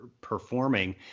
performing